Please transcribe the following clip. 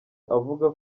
avuga